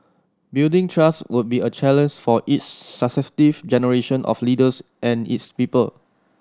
building trust would be a challenge for each successive generation of leaders and its people